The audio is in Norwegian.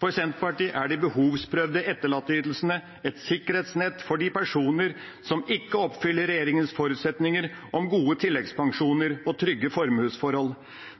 For Senterpartiet er de behovsprøvde etterlatteytelsene et sikkerhetsnett for de personer som ikke oppfyller regjeringas forutsetninger om gode tilleggspensjoner og trygge formuesforhold.